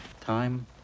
Time